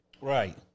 Right